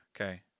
Okay